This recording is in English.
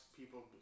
people